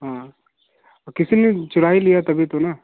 हाँ किसी ने चुरा ही लिया तभी तो ना